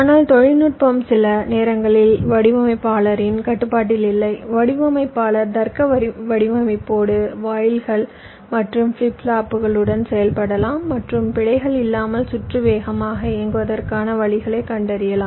ஆனால் தொழில்நுட்பம் சில நேரங்களில் வடிவமைப்பாளரின் கட்டுப்பாட்டில் இல்லை வடிவமைப்பாளர் தர்க்க வடிவமைப்போடு வாயிகள் மற்றும் ஃபிளிப் ஃப்ளாப்புகளுடன் செயல்படலாம் மற்றும் பிழைகள் இல்லாமல் சுற்று வேகமாக இயங்குவதற்கான வழிகளைக் கண்டறியலாம்